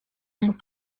and